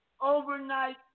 overnight